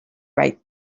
right